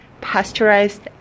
pasteurized